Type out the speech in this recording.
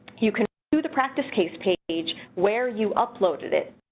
you can do the practice case page where you uploaded it